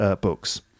books